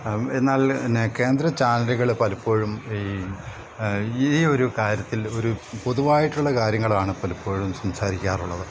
എന്നാൽ തന്നെ കേന്ദ്ര ചാനലുകൾ പലപ്പോഴും ഈ ഈ ഒരു കാര്യത്തിൽ ഒരു പൊതുവായിട്ടുള്ള കാര്യങ്ങളാണ് പലപ്പോഴും സംസാരിക്കാറുള്ളത്